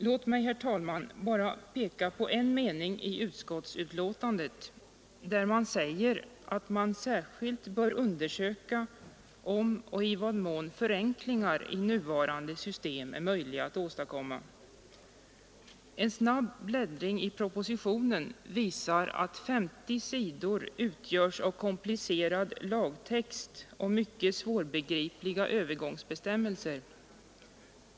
Låt mig, herr talman, bara peka på en mening i utskottsbetänkandet där det sägs att man särskilt bör undersöka om och i vad mån förenklingar i nuvarande system är möjliga att åstadkomma, En snabb bläddring i propositionen visar att 50 sidor utgörs av komplicerad lagtext och mycket svårbegripliga övergångsbestämmelser.